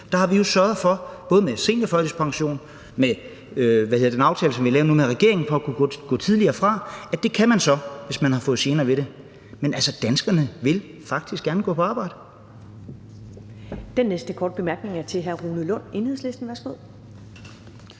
Der har vi jo sørget for både med seniorførtidspension og med den aftale, som vi har lavet nu med regeringen om at kunne gå tidligere fra, at det kan man så, hvis man har fået gener ved at arbejde. Men altså, danskerne vil faktisk gerne gå på arbejde.